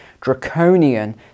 draconian